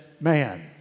man